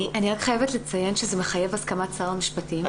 אני רק חייבת לציין שזה מחייב הסכמת שר המשפטים.